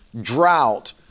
drought